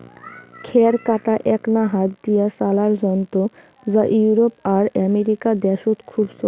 খ্যার কাটা এ্যাকনা হাত দিয়া চালার যন্ত্র যা ইউরোপ আর আমেরিকা দ্যাশত খুব চইল